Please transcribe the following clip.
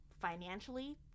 financially